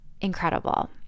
incredible